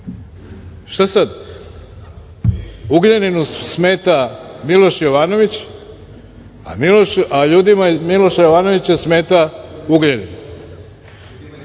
Šta sad? Ugljaninu smeta Miloš Jovanović, a ljudima Miloša Jovanovića smeta Ugljanin,